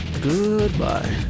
Goodbye